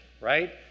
right